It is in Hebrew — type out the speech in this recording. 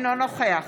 אינו נוכח